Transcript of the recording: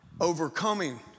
overcoming